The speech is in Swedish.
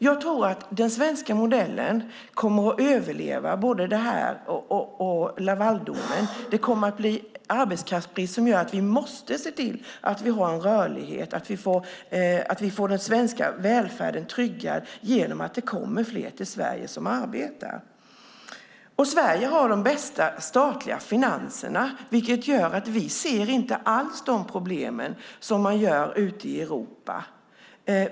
Jag tror att den svenska modellen kommer att överleva både detta och Lavaldomen. Det kommer att bli arbetskraftsbrist, som gör att vi måste se till att vi har en rörlighet och att vi får den svenska välfärden tryggad genom att det kommer fler till Sverige som arbetar. Sverige har de bästa statliga finanserna, vilket gör att vi inte alls ser de problem som man har ute i Europa.